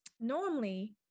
Normally